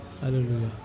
Hallelujah